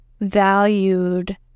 valued